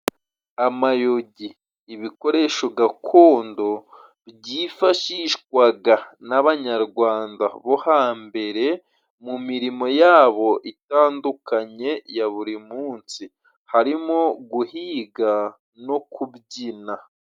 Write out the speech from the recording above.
Amayugi. Ibikoresho gakondo byifashishwaga n'Abanyarwanda bo hambere mu mirimo yabo itandukanye ya buri munsi, harimo guhiga no kubyina.